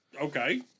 Okay